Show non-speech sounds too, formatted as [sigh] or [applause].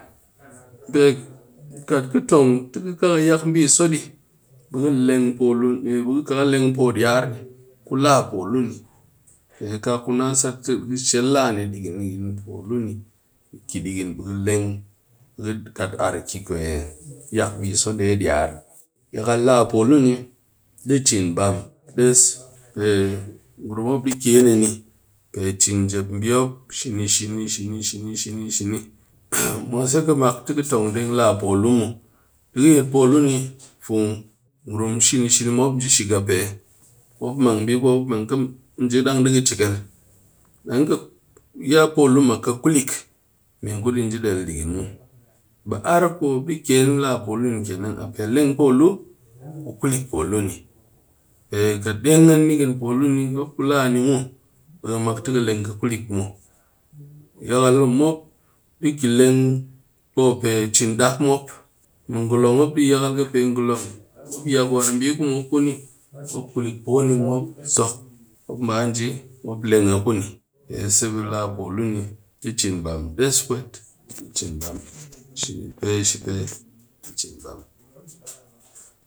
Be kat ki tong ti ki kaa ka yak biso be leng pulu ku la pu der ni ka ku na sat se be shel laa puu luu ni di chin bam des pe ngurum mop di ken a ni pe chin njep bi she-ni she ni she ni mwase kɨ mak tong deng la puu luu muw, di yet poo luu ni fung be ngrum shi ni shi ni mop shega pe mang bi ku mop mang ka ba ka nji dang ɗi chekel dang ka ya poo luu ka kulick me ngu di nje del dighin muw be arr ku mop di ken laa poo luu ni kat ki leng poo luu ka kulick poo luu ni deng a laa puu luu ni mɨ ngolon war bi ku mop kuni mop zok mop ba nje leng a kuni. [unintelligible]